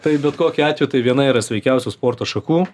tai bet kokiu atveju tai viena iš sveikiausių sporto šakų